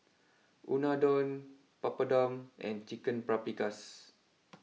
Unadon Papadum and Chicken Paprikas